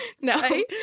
No